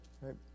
right